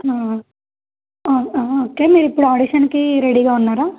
మ్మ్ ఆ ఓకే మీరు ఇప్పుడు ఆడిషన్కి రెడీగా ఉన్నారా